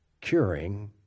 Curing